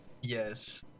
Yes